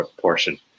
portion